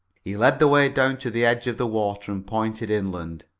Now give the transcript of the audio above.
he led the way down to the edge of the water and pointed inland.